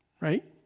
right